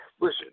Listen